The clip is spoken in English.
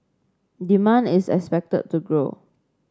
demand is expected to grow